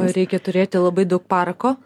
reikia turėti labai daug parako